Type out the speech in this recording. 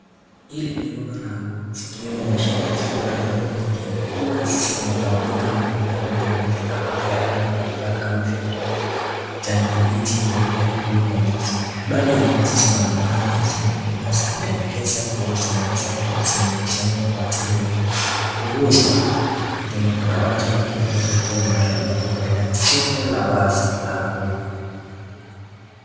Hili ni rundo la nguo zikiwemo mashati suruale na nguo nyingine. Nguo hizi zimetawanyika na kuunda milima na vitambaa vya rangi mbali mbali kama vile kijani kibichi, nyeupe, bluu na nyeusi. Baadhi ya nguo hizi zinaonekana kua zimetumika zikipendekeza kua zinaweza kua zimekusanywa kwa ajili ya kuuzwa. Nyuma kuna watu wakionyesha kua mahali ambapo huenda ni soko la wazi la nguo.